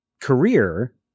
career